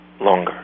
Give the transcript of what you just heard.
longer